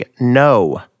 no